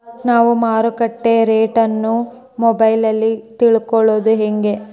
ನಾವು market rate ಅನ್ನು ಮೊಬೈಲಲ್ಲಿ ತಿಳ್ಕಳೋದು ಹೇಗೆ?